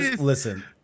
Listen